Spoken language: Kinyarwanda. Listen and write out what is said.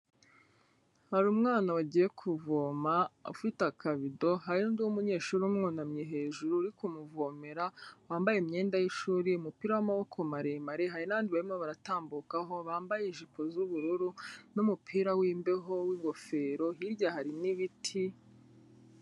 Hari umwana wagiye kuvoma ufite akabido, hari undi umunyeshuri umwunamye hejuru, uri kumuvomera wambaye imyenda y'ishuri; umupira w'amaboko maremare, hari nabandi barmo baratambukaho bambaye ijipo z'ubururu, n' numupira w'imbeho w'ingofero hirya hari n'ibiti.